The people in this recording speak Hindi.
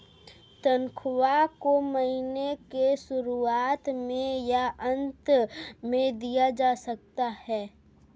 तन्ख्वाह को महीने के शुरुआत में या अन्त में दिया जा सकता है